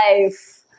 life